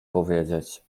powiedzieć